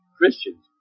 Christians